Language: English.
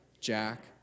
Jack